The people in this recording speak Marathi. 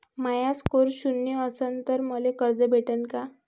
माया स्कोर शून्य असन तर मले कर्ज भेटन का?